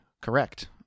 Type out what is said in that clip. correct